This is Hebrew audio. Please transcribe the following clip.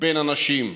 בין אנשים,